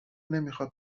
نمیخاد